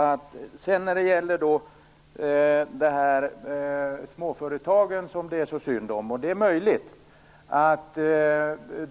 Det sägs att det är så synd om småföretagen. Det är möjligt att